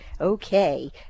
Okay